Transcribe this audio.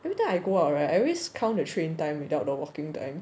every time I go out [right] I always count the train time without the walking time